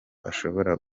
ashobora